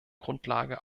grundlage